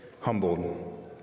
humbled